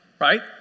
Right